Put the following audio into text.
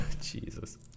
Jesus